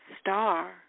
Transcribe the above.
star